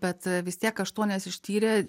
bet vis tiek aštuonias ištyrė